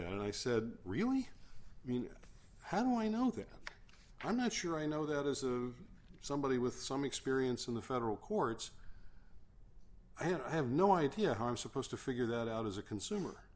and i said really mean how do i know that i'm not sure i know that as somebody with some experience in the federal courts i have no idea how i'm supposed to figure that out as a consumer